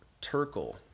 Turkle